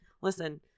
listen